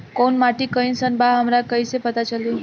कोउन माटी कई सन बा हमरा कई से पता चली?